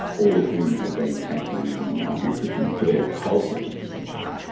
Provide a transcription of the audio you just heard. all of whom had been taking um ibuprofen for their cold symptoms essentially.